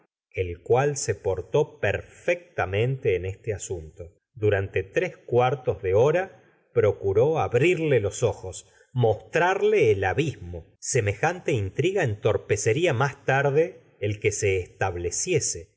el cual se portó perfectamente en este asunto durante tres cuartos de hora procuró abrirle los ojos mostrarle el abismo semejante intriga entorpecería más tarde el que se estableciese